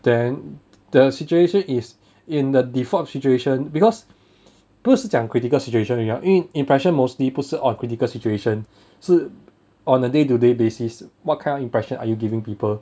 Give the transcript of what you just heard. then the situation is in the default situation because 不是讲 critical situation you are 因为 impression mostly 不是 on critical situation 是 on a day to day basis what kind of impression are you giving people